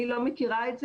אני לא מכירה את זה.